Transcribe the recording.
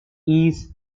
ease